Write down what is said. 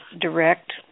direct